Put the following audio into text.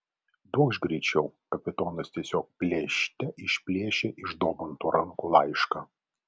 duokš greičiau kapitonas tiesiog plėšte išplėšė iš domanto rankų laišką